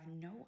no